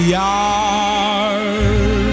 yard